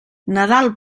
nadal